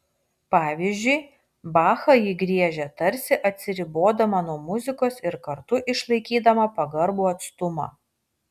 pavyzdžiui bachą ji griežia tarsi atsiribodama nuo muzikos ir kartu išlaikydama pagarbų atstumą